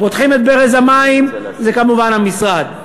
פותחים את ברז המים, זה כמובן המשרד.